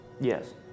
Yes